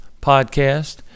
podcast